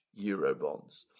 Eurobonds